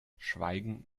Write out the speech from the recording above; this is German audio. schweigend